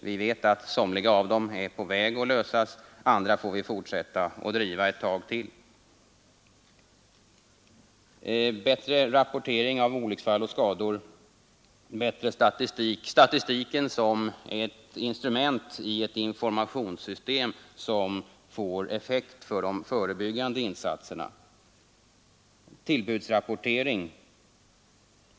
Vi vet att somliga av dessa frågor är på väg att lösas — andra får vi fortsätta att driva ett tag till. Bättre rapportering av olycksfall och skador och bättre statistik. Statistiken är ett instrument i ett informationssystem som får effekt när det gäller de förebyggande insatserna. Bättre tillbudsrapportering.